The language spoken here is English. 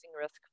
risk